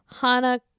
hana